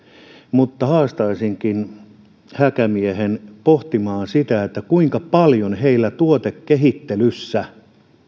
mutta haastaisinkin häkämiehen pohtimaan sitä kuinka paljon heillä tuotekehittelyssä